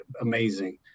amazing